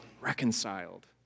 reconciled